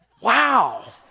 wow